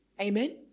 Amen